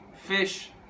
fish